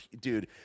dude